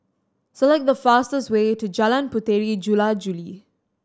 select the fastest way to Jalan Puteri Jula Juli